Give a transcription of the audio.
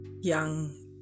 young